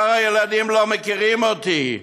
שאר הילדים לא מכירים אותי,